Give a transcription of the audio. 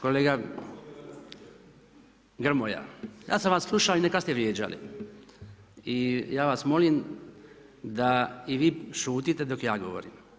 Kolega Grmoja ja sam sva slušao i neka ste vrijeđali i ja vas molim da i vi šutite dok ja govorim.